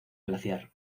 glaciar